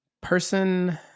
person